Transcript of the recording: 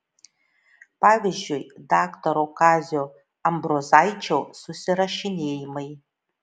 pavyzdžiui daktaro kazio ambrozaičio susirašinėjimai